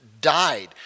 died